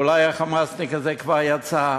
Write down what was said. אולי ה"חמאסניק" הזה כבר יצא.